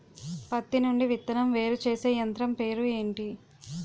పత్తి నుండి విత్తనం వేరుచేసే యంత్రం పేరు ఏంటి